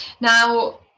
Now